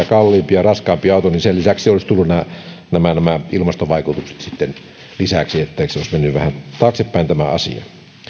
kalliimpi ja raskaampi auto niin sen lisäksi olisivat tulleet nämä ilmastovaikutukset sitten lisäksi joten olisi mennyt vähän taaksepäin tämä asia